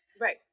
Right